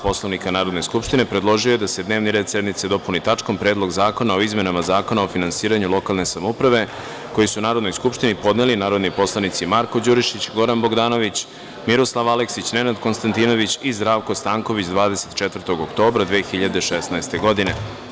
Poslovnika Narodne skupštine predložio je da se dnevni red sednice dopuni tačkom – Predlog zakona o izmenama i dopunama Zakona o finansiranju lokalne samouprave, koji su Narodnoj skupštini podneli narodni poslanici Marko Đurišić, Goran Bogdanović, Miroslav Aleksić, Nenad Konstantinović i Zdravko Stanković 24. oktobra 2016. godine.